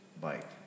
bike